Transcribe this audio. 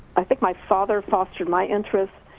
i think my father fostered my interest.